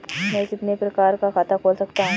मैं कितने प्रकार का खाता खोल सकता हूँ?